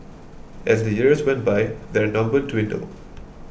as the years went by their number dwindled